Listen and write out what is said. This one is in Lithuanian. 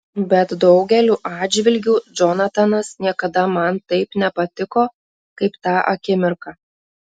bet daugeliu atžvilgių džonatanas niekada man taip nepatiko kaip tą akimirką